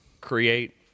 create